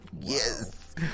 yes